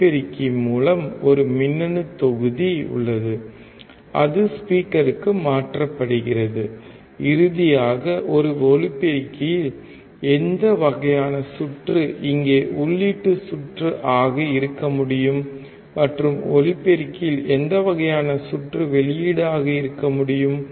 ஒலிபெருக்கி மூலம் ஒரு மின்னணு தொகுதி உள்ளது அது ஸ்பீக்கருக்கு மாற்றப்படுகிறது இறுதியாக ஒரு ஒலிபெருக்கியில் எந்த வகையான சுற்று இங்கே உள்ளீட்டு சுற்று ஆக இருக்க முடியும் மற்றும் ஒலிபெருக்கியில் எந்த வகையான சுற்று வெளியீடு ஆக இருக்க முடியும்